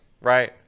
right